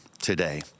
today